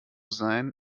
sein